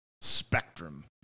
spectrum